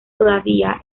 todavía